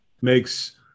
makes